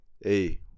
Hey